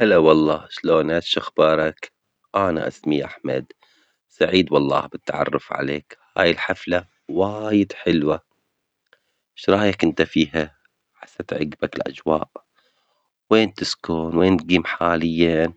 هلا والله إيشلونش شخبارك؟ انا أسمي أحمد ،سعيد والله بالتعرف عليك، هاي الحفلة وايد حلوة ، شرايك أنت فيها؟ تعجبك الأجواء؟ وين تسكن؟ وين تقيم حالياً؟